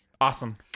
Awesome